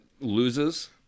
loses